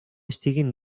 estiguin